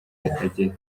y’akagera